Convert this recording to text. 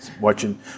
watching